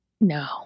No